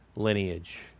lineage